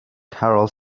carol